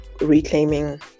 reclaiming